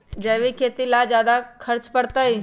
जैविक खेती ला ज्यादा खर्च पड़छई?